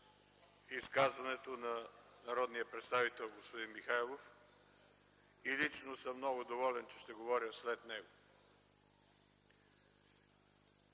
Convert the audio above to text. изказването на народния представител господин Михайлов и лично съм много доволен, че ще говоря след него.